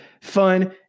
fun